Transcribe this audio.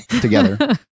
together